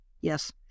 Yes